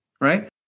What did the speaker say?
Right